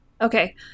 Okay